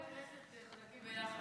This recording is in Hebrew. חברי כנסת חזקים ביחד.